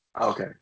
Okay